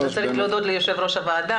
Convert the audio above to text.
אתה צריך להודות ליו"ר הוועדה.